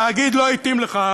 התאגיד לא התאים לך,